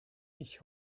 ich